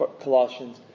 Colossians